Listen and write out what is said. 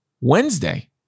Wednesday